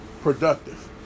productive